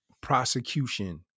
prosecution